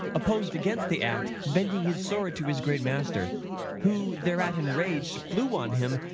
oppos'd against the act, bending his sword to his great master who, thereat enrag'd, flew on him,